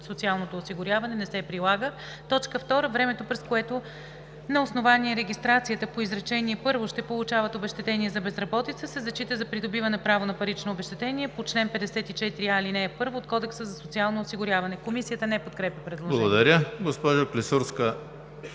социалното осигуряване не се прилага. 2. Времето, през което на основание регистрацията по изречение първо ще получават обезщетение за безработица, се зачита за придобиване право на парично обезщетение по чл. 54а, ал. 1 от Кодекса за социално осигуряване.“ Комисията не подкрепя предложението. ПРЕДСЕДАТЕЛ